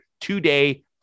two-day